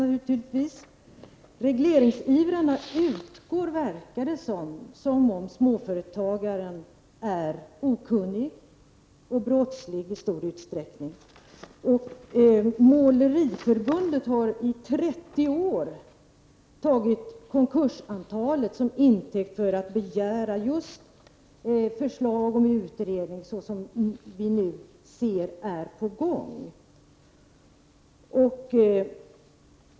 Det verkar som om regleringsivrarna utgår från att småföretagaren är okunnig och i stor utsträckning brottslig. Målarförbundet har i trettio år tagit antalet konkurser till intäkt för förslag till en utredning av det slag som vi nu ser är på gång.